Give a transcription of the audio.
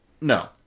No